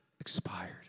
expired